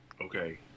Okay